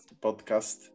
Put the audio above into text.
podcast